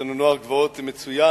יש לנו נוער גבעות מצוין,